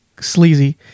sleazy